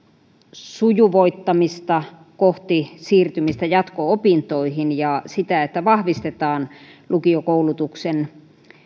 sujuvoittamista kohti siirtymistä jatko opintoihin ja sitä että vahvistetaan lukiokoulutuksen